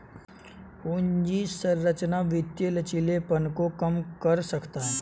पूंजी संरचना वित्तीय लचीलेपन को कम कर सकता है